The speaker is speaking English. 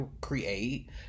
create